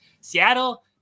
Seattle